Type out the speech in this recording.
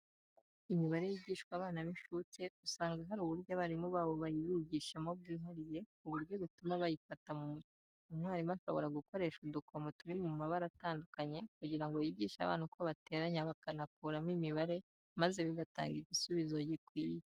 Imibare yigishwa abana b'inshuke usanga hari uburyo abarimu babo bayibigishamo bwihariye ku buryo bituma bayifata mu mutwe. Umwarimu ashobora gukoresha udukomo turi mu mabara atandukanye kugira ngo yigishe abana uko bateranya bakanakuramo imibare maze bigatanga igisubizo gikwiye.